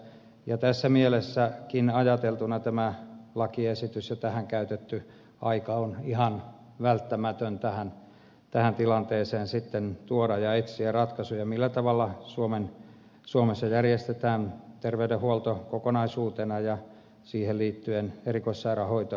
jo tässä mielessäkin ajateltuna tämä lakiesitys ja tähän käytetty aika on ihan välttämätön tähän tilanteeseen sitten tuoda ja etsiä ratkaisuja millä tavalla suomessa järjestetään terveydenhuolto kokonaisuutena ja siihen liittyen erikoissairaanhoito